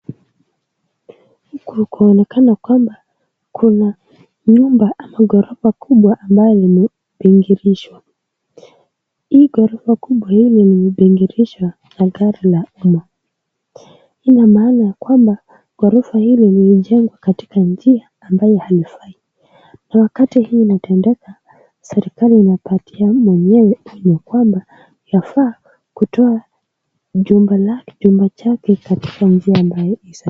Huku kulionekana kwamba kuna nyumba ama ghorofa kubwa ambayo limebingirishwa. Hii ghorofa kubwa hili limebingirishwa na gari la Omo . Ina maana ya kwamba ghorofa hili lilijengwa katika njia ambayo halifai. Na wakati hii inatendeka serikali inapatia mwenyewe onyo ya kwamba yafaa kutoa nyumba lake, chumba chake katika njia ambayo